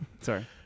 Sorry